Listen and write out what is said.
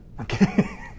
Okay